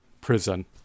prison